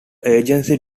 agency